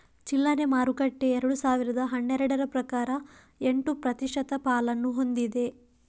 ಚಿಲ್ಲರೆ ಮಾರುಕಟ್ಟೆ ಎರಡು ಸಾವಿರದ ಹನ್ನೆರಡರ ಪ್ರಕಾರ ಎಂಟು ಪ್ರತಿಶತ ಪಾಲನ್ನು ಹೊಂದಿದೆ